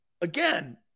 again